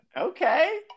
Okay